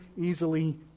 easily